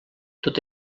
tot